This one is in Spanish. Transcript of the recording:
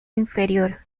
inferior